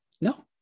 No